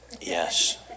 yes